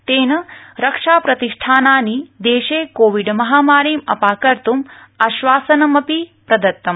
तेन रक्षा प्रतिष्ठानानि देशे कोविड महामारीम् अपाकर्त्म् आश्वासनमपि प्रदत्तम